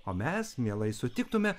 o mes mielai sutiktumėme